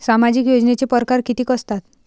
सामाजिक योजनेचे परकार कितीक असतात?